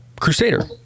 Crusader